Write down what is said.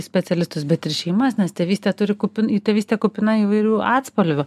specialistus bet ir šeimas nes tėvystė turi kupin tėvystė kupina įvairių atspalvių